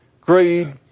greed